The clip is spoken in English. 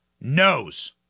knows